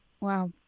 Wow